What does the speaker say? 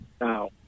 now